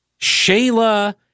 Shayla